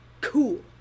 Cool